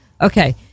Okay